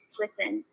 listen